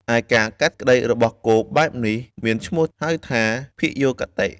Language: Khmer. ឯការកាត់ក្តីរបស់គោបែបនេះមានឈ្មោះហៅថា ភយោគតិ។